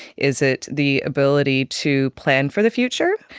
is it the ability to plan for the future?